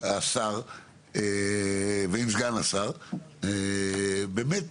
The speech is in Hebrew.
השר, ולדעתי, באמת